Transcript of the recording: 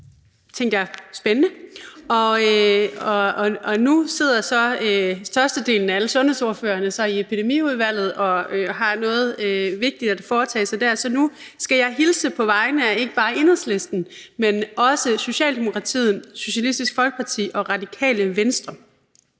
emnet, tænkte jeg: spændende. Og nu sidder størstedelen af alle sundhedsordførerne så i møde i Epidemiudvalget og har noget vigtigt at foretage sig dér, så jeg skal hilse på vegne af ikke bare Enhedslisten, men også Socialdemokratiet, Socialistisk Folkeparti og Radikale Venstre.